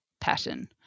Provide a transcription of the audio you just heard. pattern